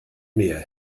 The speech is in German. mehr